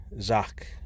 Zach